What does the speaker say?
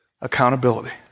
Accountability